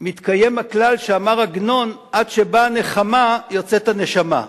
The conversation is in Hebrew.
מתקיים הכלל שאמר עגנון: "עד שבאה נחמה יוצאת הנשמה".